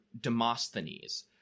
Demosthenes